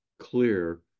clear